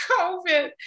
COVID